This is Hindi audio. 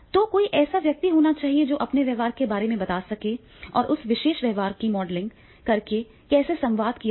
तो कोई ऐसा व्यक्ति होना चाहिए जो उन्हें अपने व्यवहार के बारे में बता सके और उस विशेष व्यवहार को मॉडलिंग करके कैसे संवाद किया जाए